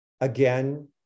again